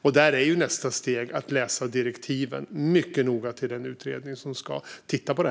Nästa steg blir att mycket noga läsa direktiven till den utredning som ska titta på det.